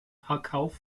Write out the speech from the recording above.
verkauf